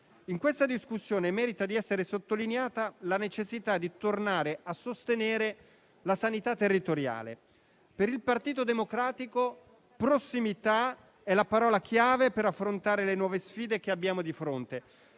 In questa discussione merita di essere sottolineata la necessità di tornare a sostenere la sanità territoriale. Per il Partito Democratico prossimità è la parola chiave per affrontare le nuove sfide che abbiamo di fronte.